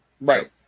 Right